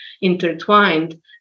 intertwined